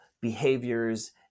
behaviors